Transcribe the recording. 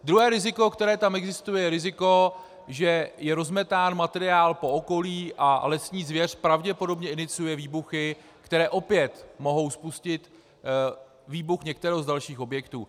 Druhé riziko, které tam existuje, je riziko, že je rozmetán materiál po okolí a lesní zvěř pravděpodobně iniciuje výbuchy, které opět mohou spustit výbuch některého z dalších objektů.